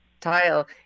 tile